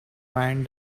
mind